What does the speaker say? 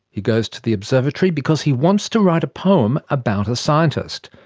he goes to the observatory because he wants to write a poem about a scientist.